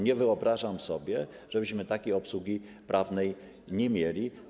Nie wyobrażam sobie, żebyśmy takiej obsługi prawnej nie mieli.